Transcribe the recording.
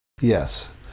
Yes